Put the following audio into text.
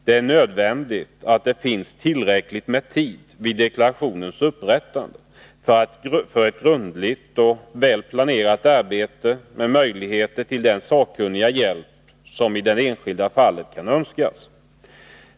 Det är nödvändigt att det vid deklarationens upprättande finns tillräckligt med tid för ett grundligt och väl planerat arbete med möjligheter att anlita den sakkunniga hjälp som i det enskilda fallet kan önskas.